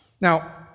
Now